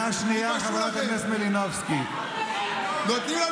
אולי לא